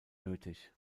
nötig